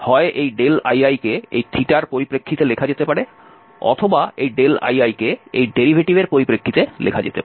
হয় এই li কে এই এর পরিপ্রেক্ষিতে লেখা যেতে পারে অথবা এই li কে এই ডেরিভেটিভের পরিপ্রেক্ষিতে লেখা যেতে পারে